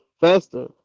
faster